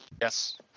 Yes